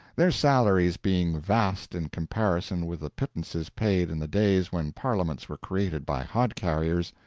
their salaries being vast in comparison with the pittances paid in the days when parliaments were created by hod-carriers,